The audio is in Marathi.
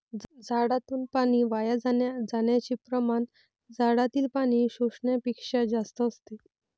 झाडातून पाणी वाया जाण्याचे प्रमाण झाडातील पाणी शोषण्यापेक्षा जास्त असते